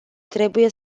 trebuie